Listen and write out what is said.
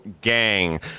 gang